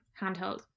handheld